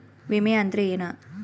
ವಿಮೆ ಅಂದ್ರೆ ಏನ?